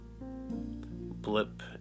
Blip